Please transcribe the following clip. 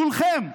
כולכם.